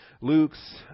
Luke's